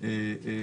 להכנסה.